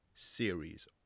series